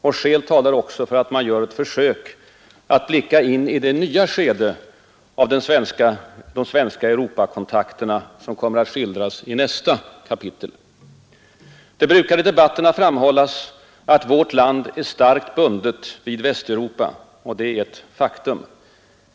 Och skäl talar också för ett försök att blicka in i det nya skede av de svenska Europakontakterna som kommer att skildras i nästa kapitel. Det brukar i debatterna framhållas att vårt land är starkt bundet vid Västeuropa, och det är ett faktum.